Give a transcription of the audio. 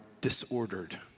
disordered